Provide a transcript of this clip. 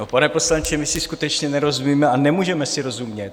No, pane poslanče, my si skutečně nerozumíme a nemůžeme si rozumět.